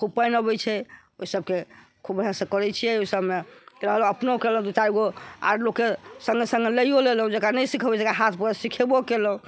खूब पानि अबै छै ओहि सभके खूब बढ़िऑंसँ करै छियै ओहि सभमे अपनो कएलहुॅं दू चारिगो आर लोकके सङ्गे सङ्गे लइओ लेलहुॅं जेकरा नहि सिखल छै तेकरा हाथ पकड़िके सिखैबो कएलहुॅं